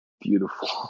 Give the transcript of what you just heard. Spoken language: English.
beautiful